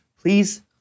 please